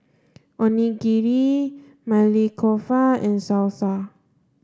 Onigiri Maili Kofta and Salsa